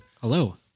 Hello